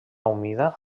humida